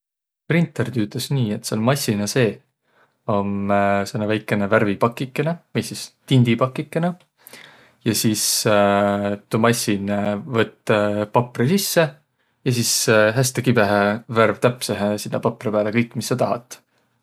Printer tüütäs nii, et sääl massina seeh om sääne väikene värvipakikõnõ vai sis tindipakikõnõ. Ja sis tuu massin võtt paprõ sisse ja sis häste kibõhõhe värv täpsehe sinnäq paprõ pääle kõik, mis saq tahat.